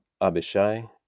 Abishai